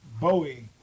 Bowie